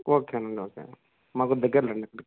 ఓకేనండి ఓకేండి మాకు దగ్గరేలే అండి అక్కడికి